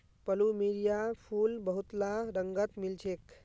plumeria फूल बहुतला रंगत मिल छेक